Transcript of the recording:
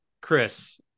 Chris